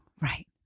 Right